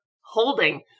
holding